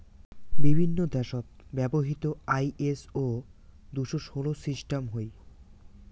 বিভিন্ন দ্যাশত ব্যবহৃত আই.এস.ও দুশো ষোল সিস্টাম হই